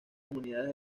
comunidades